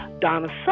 Donna